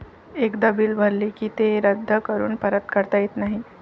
एकदा बिल भरले की ते रद्द करून परत करता येत नाही